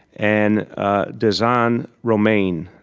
and dez-ann romain,